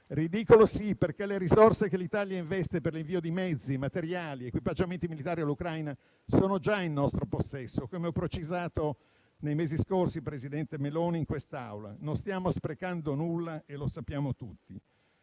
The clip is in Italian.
Ridicolo, sì, perché le risorse che l'Italia investe per l'invio di mezzi, materiali ed equipaggiamenti militari all'Ucraina sono già in nostro possesso, come ha precisato nei mesi scorsi il presidente Meloni in quest'Aula. Non stiamo sprecando nulla e lo sappiamo tutti.